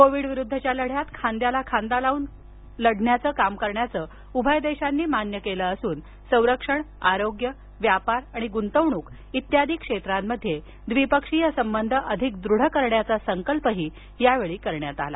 कोविडविरुद्धच्या लढ्यात खांद्याला खांदा लावून काम करण्याचं उभय देशांनी मान्य केलं असून संरक्षण आरोग्य व्यापार आणि गुंतवणूक इत्यादी क्षेत्रात द्विपक्षीय संबंध अधिक दृढ करण्याचा संकल्पही यावेळी करण्यात आला